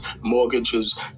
mortgages